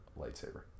lightsaber